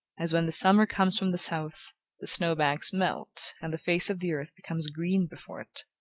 as when the summer comes from the south the snow-banks melt, and the face of the earth becomes green before it,